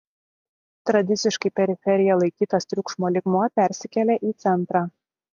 tradiciškai periferija laikytas triukšmo lygmuo persikelia į centrą